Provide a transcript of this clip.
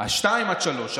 שנתיים עד שלוש.